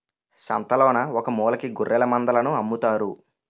సంతలోన ఒకమూలకి గొఱ్ఱెలమందలను అమ్ముతారు